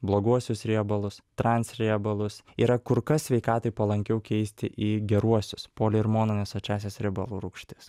bloguosius riebalus transriebalus yra kur kas sveikatai palankiau keisti į geruosius poli ir mono nesočiąsias riebalų rūgštis